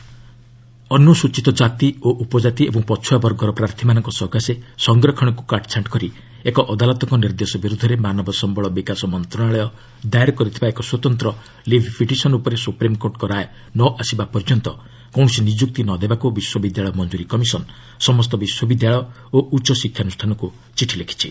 UGC teachers ଅନୁସ୍ଚିତ କାତି ଓ ଉପଜାତି ଏବଂ ପଛୁଆ ବର୍ଗର ପ୍ରାର୍ଥୀମାନଙ୍କ ସକାଶେ ସଂରକ୍ଷଣକ୍ର କାଟ୍ଛାଣ୍ଟ୍ କରି ଏକ ଅଦାଲତଙ୍କ ନିର୍ଦ୍ଦେଶ ବିର୍ଦ୍ଧରେ ମାନବ ସମ୍ଭଳ ବିକାଶ ମନ୍ତ୍ରଣାଳୟ ଦାଏର କରିଥିବା ଏକ ସ୍ୱତନ୍ତ୍ର ଲିଭ୍ ପିଟିସନ୍ ଉପରେ ସୁପ୍ରିମ୍କୋର୍ଟଙ୍କ ରାୟ ନ ଆସିବା ପର୍ଯ୍ୟନ୍ତ କୌଣସି ନିଯୁକ୍ତି ନ ଦେବାକୁ ବିଶ୍ୱବିଦ୍ୟାଳୟ ମଞ୍ଜୁରି କମିଶନ୍ ସମସ୍ତ ବିଶ୍ୱବିଦ୍ୟାଳୟ ଓ ଉଚ୍ଚ ଶିକ୍ଷାନୁଷ୍ଠାନକୁ ଚିଠି ଲେଖିଛି